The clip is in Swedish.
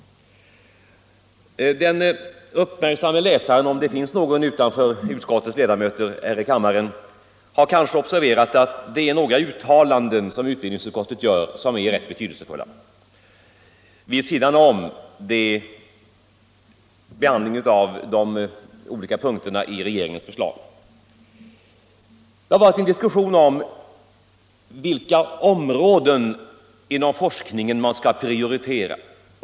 Den uppmärksamme läsaren —- om det finns någon utöver utskottets ledamöter här i kammaren — har kanske observerat att utbildningsutskottet gör några uttalanden, som är rätt betydelsefulla. Det har varit en diskussion om vilka områden inom forskningen man skall prioritera.